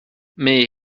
mais